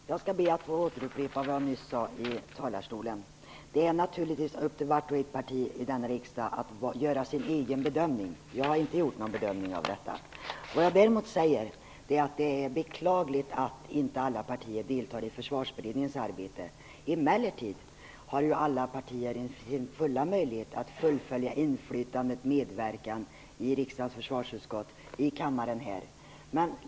Herr talman! Jag skall be att få upprepa vad jag nyss sade i talarstolen. Det är naturligtvis upp till vart och ett parti i denna riksdag att göra sin egen bedömning. Jag har inte gjort någon bedömning av detta. Vad jag däremot säger är att det är beklagligt att inte alla partier deltar i Försvarsberedningens arbete. Emellertid har alla partier sin fulla möjlighet att fullfölja inflytande och medverkan i riksdagens försvarsutskott och i kammaren.